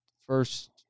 first